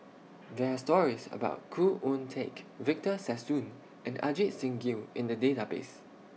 There Are stories about Khoo Oon Teik Victor Sassoon and Ajit Singh Gill in The Database